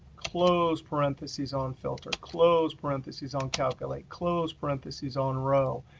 close parentheses on filter, close parentheses on calculate, close parentheses on row.